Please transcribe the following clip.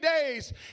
days